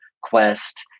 quest